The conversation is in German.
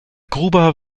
gruber